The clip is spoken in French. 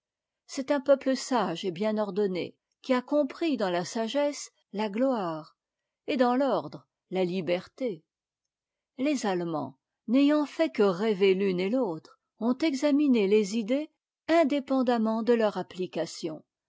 c'est un peuple sage et bien ordonné qui a compris dans la sagesse la gloire et dans l'ordre a liberté les allemands n'ayant fait que rêver l'une et l'autre ont examiné les idées indépendamment de leur application